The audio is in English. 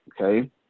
okay